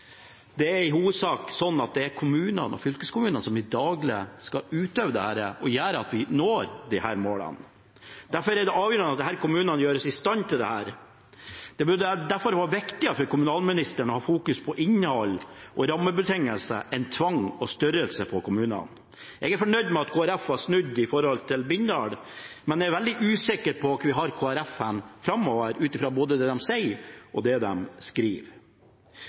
det er i hovedsak sånn at det er kommunene og fylkeskommunene som i det daglige skal utøve dette og gjøre at vi når disse målene. Derfor er det avgjørende at disse kommunene settes i stand til dette. Det burde derfor være viktigere for kommunalministeren å fokusere på innhold og rammebetingelser enn tvang og størrelse på kommunene. Jeg er fornøyd med at Kristelig Folkeparti har snudd når det gjelder Bindal, men jeg er veldig usikker på hvor vi har Kristelig Folkeparti framover, ut fra både det de sier, og det de skriver.